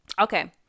okay